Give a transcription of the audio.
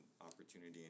opportunity